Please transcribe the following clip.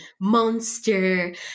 Monster